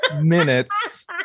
minutes